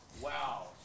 Wow